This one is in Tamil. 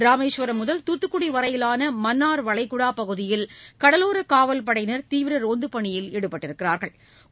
ராமேஸ்வரம் முதல் தூத்துக்குடி வரையிலான மன்னார் வளைகுடா பகுதியில் கடலோர காவல்படையினா் தீவிர ரோந்து பணியில் ஈடுபட்டுள்ளனா்